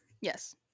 yes